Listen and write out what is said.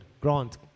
Grant